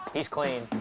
he's clean.